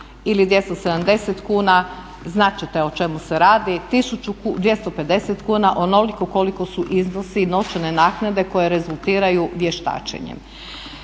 ili 270 kuna, znat ćete o čemu se radi, 1000 kuna, 250 kuna, onoliko koliko su iznosi novčane naknade koje rezultiraju vještačenjem.